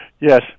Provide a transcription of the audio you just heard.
Yes